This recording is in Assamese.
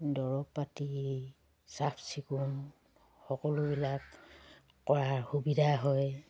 দৰৱ পাতি চাফচিকুণ সকলোবিলাক কৰাৰ সুবিধা হয়